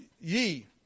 ye